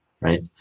right